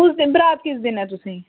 कुस दिन बरात कुस दिन ऐ तुसें ई